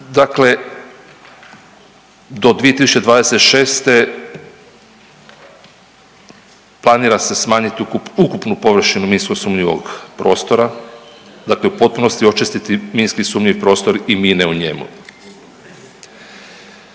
Dakle, do 2026. planira se smanjiti ukupnu površinu minsko sumnjivog prostora, dakle u potpunosti očistiti minski sumnjiv prostor i mine u njemu.